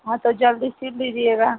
हाँ तो जल्दी सिल दीजिएगा